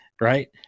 right